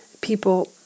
people